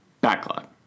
backlog